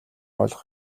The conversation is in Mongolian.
ойлгох